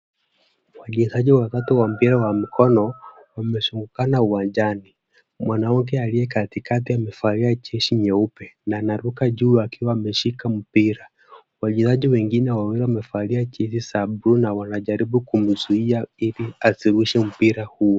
Wachezaji watatu wa mpira wa mkono wamezungukana uwanjani. Mwanamke aliyekatikati amevalia jezi nyeupe na anaruka juu akiwa ameshika mpira. Wachezaji wengine wawili wamevalia jezi za bluu na wanajaribu kumzuia ili asirushe mpira huo.